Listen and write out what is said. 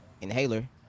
inhaler